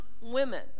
women